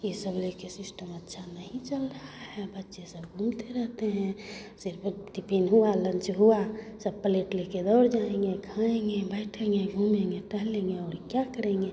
ये सब ले कर सिस्टम अच्छा नहीं चल रहा है बच्चे सब घूमते रहते हैं सिर्फ टिपिन हुआ लंच हुआ सब पलेट ले कर दौड़ जाएँगे खाएँगे बैठेंगे घूमेंगे टहलेंगे और क्या करेंगे